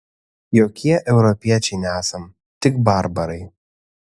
jokie europiečiai nesam tik barbarai